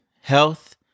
Health